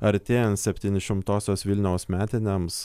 artėjant septyni šimtosios vilniaus metinėms